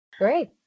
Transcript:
Great